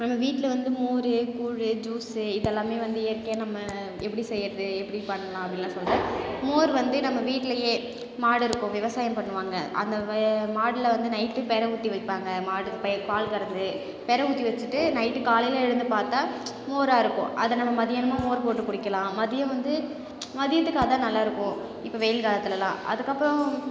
நம்ம வீட்டில்வந்து மோர் கூழு ஜூஸ் இதெல்லாமே வந்து இயற்கையாக நம்ம எப்படி செய்யறது எப்படி பண்ணலாம் அப்படிலாம் சொல்லிட்டு மோர் வந்து நம்ம வீட்லேயே மாடு இருக்கும் விவசாயம் பண்ணுவாங்க அந்த வய மாட்டில் வந்து நைட் புர ஊற்றி வைப்பாங்க மாட்டு பெ பால் கறந்து புர ஊற்றி வச்சுட்டு நைட் காலையில் எழுந்து பார்த்தா மோராக இருக்கும் அதை நம்ம மத்தியானமும் மோர் போட்டு குடிக்கலாம் மதியம் வந்து மதியத்துக்கு அதுதான் நல்லாருக்கும் இப்போ வெயில் காலத்துலலாம் அதுக்கப்புறம்